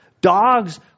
dogs